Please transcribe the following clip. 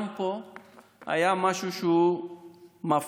גם פה היה משהו שהוא מפלה,